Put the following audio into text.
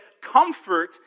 Comfort